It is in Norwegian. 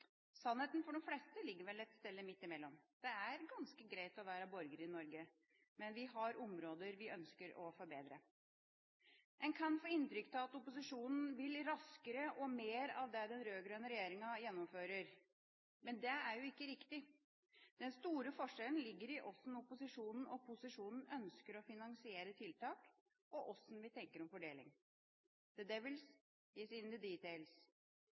Sannheten for de fleste ligger vel et sted midt imellom. Det er ganske greit å være borger i Norge, men vi har områder vi ønsker å forbedre. En kan få inntrykk av at opposisjonen vil raskere og vil mer av det den rød-grønne regjeringa gjennomfører. Men det er jo ikke riktig. Den store forskjellen ligger i hvordan opposisjonen og posisjonen ønsker å finansiere tiltak, og hvordan vi tenker om fordeling. «The devil is in the details».